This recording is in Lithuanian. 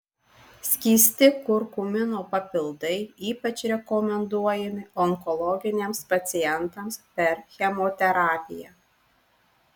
skysti kurkumino papildai ypač rekomenduojami onkologiniams pacientams per chemoterapiją